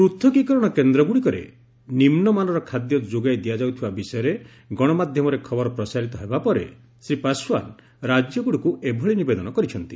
ପୃଥକୀକରଣ କେନ୍ଦ୍ରଗୁଡ଼ିକରେ ନିମ୍ନମାନର ଖାଦ୍ୟ ଯୋଗାଇ ଦିଆଯାଉଥିବା ବିଷୟରେ ଗଣମାଧ୍ୟମରେ ଖବର ପ୍ରସାରିତ ହେବା ପରେ ଶ୍ରୀ ପାଶ୍ୱାନ ରାଜ୍ୟଗୁଡ଼ିକୁ ଏଭଳି ନିବେଦନ କରିଛନ୍ତି